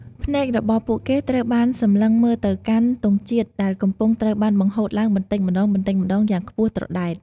ភ្នែករបស់ពួកគេត្រូវបានសំឡឹងមើលទៅកាន់ ទង់ជាតិ ដែលកំពុងត្រូវបាន បង្ហូតឡើងបន្តិចម្តងៗ យ៉ាងខ្ពស់ត្រដែត។